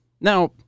Now